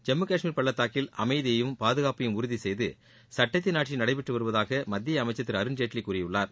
ஜம்மு காஷ்மீர் பள்ளத்தாக்கில் அமைதியையும் பாதுகாப்பையும் உறுதி செய்து சுட்டத்தின் ஆட்சி நடைபெற்று வருவதாக மத்திய அமைச்சர் திரு அருண்ஜேட்லி கூறியுள்ளார்